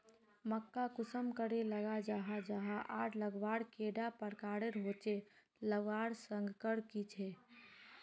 मक्का कुंसम करे लगा जाहा जाहा आर लगवार कैडा प्रकारेर होचे लगवार संगकर की झे?